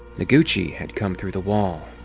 noguchi had come through the wall.